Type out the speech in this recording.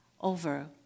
over